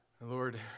Lord